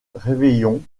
réveillon